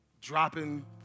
Dropping